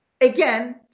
again